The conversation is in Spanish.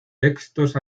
textos